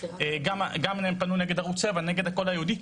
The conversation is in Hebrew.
גם הם פנו נגד ערוץ --- או נגד הקול היהודי,